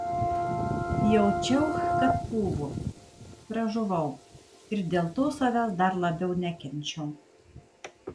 jaučiau kad pūvu pražuvau ir dėl to savęs dar labiau nekenčiau